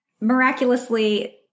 miraculously